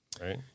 right